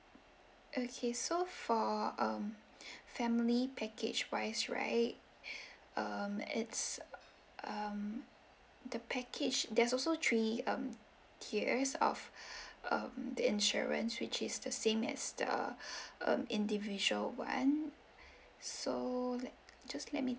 okay so for um family package wise right um it's um the package there's also three um tiers of um the insurance which is the same as the um individual [one] so let just let me